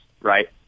right